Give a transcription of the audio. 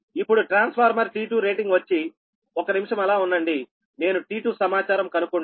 ఇప్పుడు transformer T2 rating వచ్చిఒక్క నిమిషం అలా ఉండండి నేను T2 సమాచారం కనుక్కుంటాను